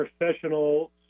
professional